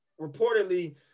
reportedly